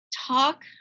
talk